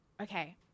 okay